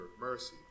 mercy